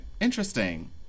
interesting